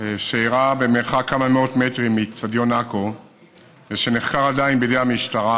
שאירע במרחק כמה מאות מטרים מאצטדיון עכו ושנחקר עדיין בידי המשטרה,